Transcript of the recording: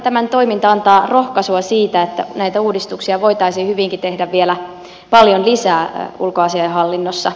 tämmöinen toiminta antaa rohkaisua siihen että näitä uudistuksia voitaisiin hyvinkin tehdä vielä paljon lisää ulkoasiainhallinnossa